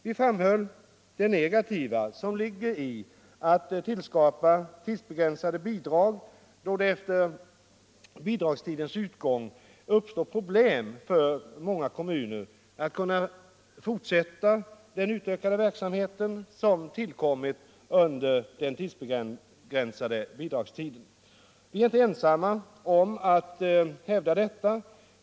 Vi framhöll det negativa som ligger i att tillskapa tidsbegränsade bidrag, då det efter bidragstidens utgång uppstår problem för många kommuner att kunna fortsätta den utökade verksamhet som tillkommit under den begränsade bidragstiden. Vi är inte ensamma om att hävda detta.